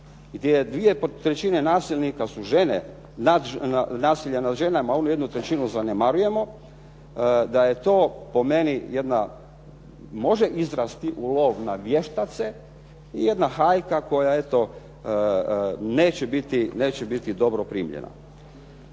dvije trećine nasilnika su žene, nasilje nad ženama. Onu jednu trećinu zanemarujemo da je to po meni jedna može izrasti u lov na vještace i jedna hajka koja eto neće biti dobro primljena.